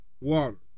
water